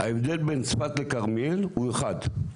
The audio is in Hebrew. ההבדל בין צפת לכרמיאל הוא אחד.